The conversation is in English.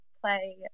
play –